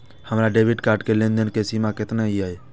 हमार debit card के लेन देन के सीमा केतना ये?